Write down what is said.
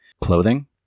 clothing